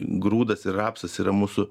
grūdas ir rapsas yra mūsų